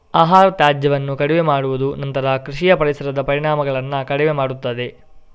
ಆಹಾರ ತ್ಯಾಜ್ಯವನ್ನು ಕಡಿಮೆ ಮಾಡುವುದು ನಂತರ ಕೃಷಿಯ ಪರಿಸರದ ಪರಿಣಾಮಗಳನ್ನು ಕಡಿಮೆ ಮಾಡುತ್ತದೆ